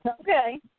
Okay